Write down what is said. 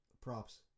props